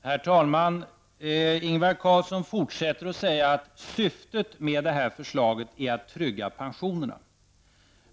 Herr talman! Ingvar Carlsson vidhåller att syftet med detta förslag är att trygga pensionerna.